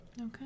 Okay